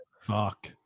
Fuck